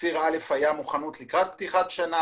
ציר א' היה מוכנות לקראת פתיחת שנה.